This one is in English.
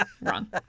Wrong